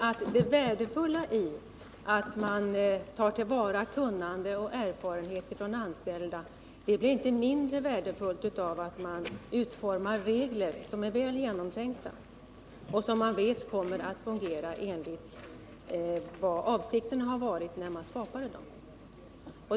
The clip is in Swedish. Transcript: Det är värdefullt att man tar till vara kunnande och erfarenhet från de anställda, och det blir inte mindre värdefullt om man utfärdar regler som är väl genomtänkta och som man vet kommer att fungera enligt vad avsikten var när de skrevs.